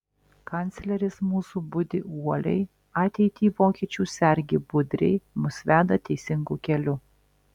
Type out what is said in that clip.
kancleris mūsų budi uoliai ateitį vokiečių sergi budriai mus veda teisingu keliu